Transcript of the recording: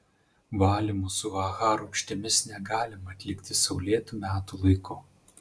valymų su aha rūgštimis negalima atlikti saulėtu metų laiku